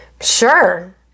Sure